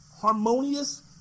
harmonious